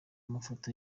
amafoto